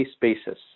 basis